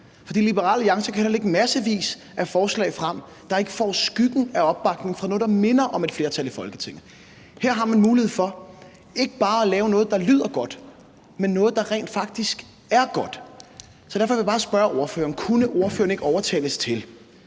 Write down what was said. For Liberal Alliance kan da lægge massevis af forslag frem, der ikke får opbakning fra noget, der minder om skyggen af et flertal i Folketinget. Her har man mulighed for at lave noget, der ikke bare lyder godt, men noget, der rent faktisk er godt. Så derfor vil jeg bare spørge ordføreren: Kunne ordføreren ikke overtales til